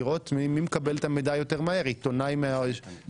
לראות מי מקבל את המידע יותר מהר עיתונאי מערוץ